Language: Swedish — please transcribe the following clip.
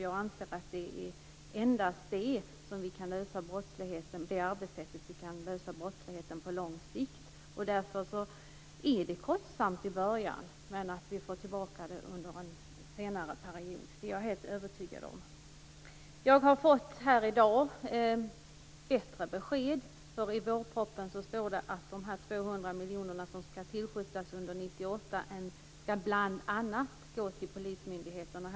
Jag anser att vi på lång sikt endast kan lösa problemet med brottsligheten med detta arbetssätt. Detta är kostsamt i början, men jag är helt övertygad om att vi kommer att få mycket tillbaka under en senare period. I dag har jag fått bättre besked. I vårpropositionen står det att de 200 miljonerna som skall tillskjutas under 1998 bl.a. skall gå till polismyndigheterna.